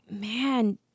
man